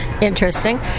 interesting